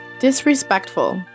Disrespectful